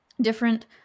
different